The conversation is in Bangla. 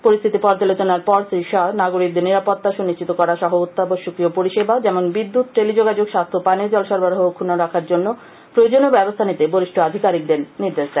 পরিস্থিতি পর্যালোচনার পর শ্রী শাহ নাগরিকদের নিরাপত্তা সুনিশ্চিত করা সহ অত্যাবশ্যকীয় পরিষেবা যেমন বিদ্যুৎ টেলিযোগাযোগ স্বাস্থ্য ও পানীয় জল সরবরাহ অক্ষুন্ন রাখার জন্য প্রয়োজনীয় ব্যবস্থা নিতে বরিষ্ঠ আধিকারিকদের নির্দেশ দেন